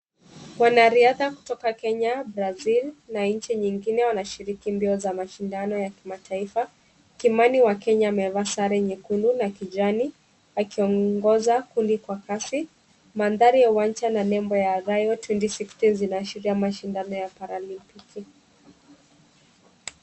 Wanariadha kutoka Kenya, Brazil, na nchi nyingine wanashiriki mbio za mashindano ya kimataifa. Kimani wa Kenya amevaa sare nyekundu na kijani, akiongoza kundi kwa kasi. Mandhari ya uwanja na nembo ya Rayo 2016 zinaashiria mashindano ya paralimpiki.